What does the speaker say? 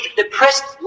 depressed